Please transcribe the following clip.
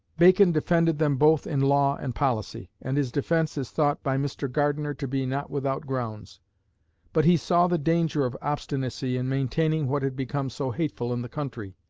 bacon defended them both in law and policy, and his defence is thought by mr. gardiner to be not without grounds but he saw the danger of obstinacy in maintaining what had become so hateful in the country,